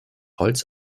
holz